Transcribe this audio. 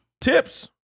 tips